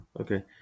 okay